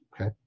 okay